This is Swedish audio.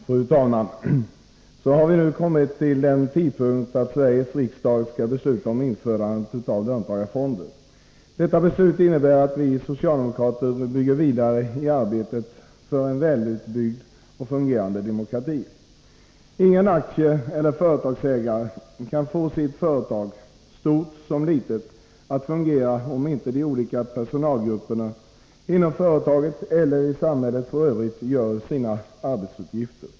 Fru talman! Så har vi nu kommit till den tidpunkt då Sveriges riksdag skall besluta om införande av löntagarfonder. Detta beslut innebär att vi socialdemokrater går vidare i arbetet för en väl utbyggd och fungerande demokrati. Ingen aktieeller företagsägare kan få sitt företag — stort eller litet — att fungera om inte de olika personalgrupperna inom företaget eller i samhället i övrigt fullgör sina arbetsuppgifter.